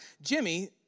Jimmy